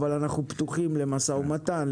אבל אנחנו פתוחים למשא ומתן,